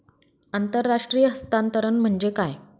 आंतरराष्ट्रीय हस्तांतरण म्हणजे काय?